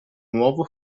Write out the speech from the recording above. nuovo